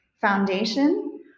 foundation